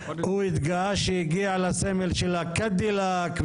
הוא התגאה שהגיע לסמל של הקדילאק,